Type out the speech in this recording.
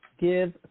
Give